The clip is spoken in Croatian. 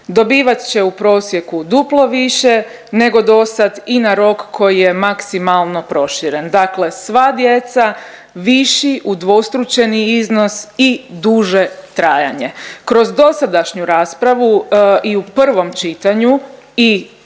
Dobivat će u prosjeku duplo više nego do sad i na rok koji je maksimalno proširen. Dakle sva djeca viši udvostručeni iznos i duže trajanje. Kroz dosadašnju raspravu i u prvom čitanju i u